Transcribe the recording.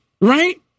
right